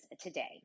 today